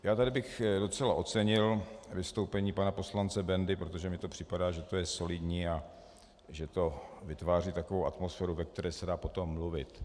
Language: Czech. Já bych docela ocenil vystoupení pana poslance Bendy, protože mi připadá, že to je solidní a že to vytváří takovou atmosféru, ve které se dá potom mluvit.